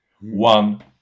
One